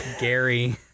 Gary